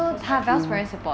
because I feel